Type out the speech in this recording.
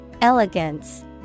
Elegance